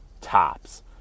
tops